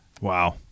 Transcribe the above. Wow